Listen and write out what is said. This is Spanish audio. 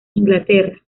inglaterra